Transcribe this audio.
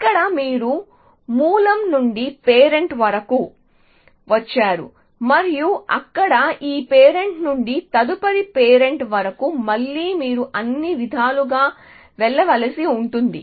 ఇక్కడ మీరు మూలం నుండి పేరెంట్ వరకు వచ్చారు మరియు అక్కడ ఈ పేరెంట్ నుండి తదుపరి పేరెంట్ వరకు మళ్లీ మీరు అన్ని విధాలుగా వెళ్ళవలసి ఉంటుంది